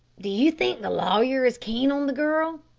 do you think the lawyer is keen on the girl?